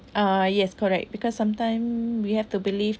uh yes correct because sometime we have to believe